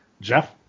Jeff